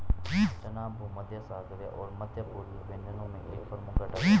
चना भूमध्यसागरीय और मध्य पूर्वी व्यंजनों में एक प्रमुख घटक है